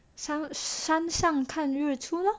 山上看日出咯